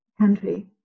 country